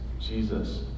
Jesus